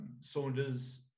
Saunders